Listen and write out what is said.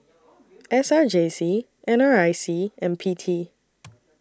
S R J C N R I C and P T